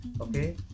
okay